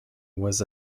was